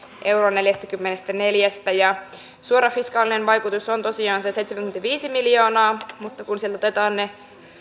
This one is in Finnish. euroon neljästäkymmenestäneljästä eurosta suora fiskaalinen vaikutus on tosiaan se seitsemänkymmentäviisi miljoonaa mutta kun sieltä otetaan ne